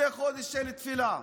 זה חודש של תפילה,